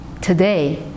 today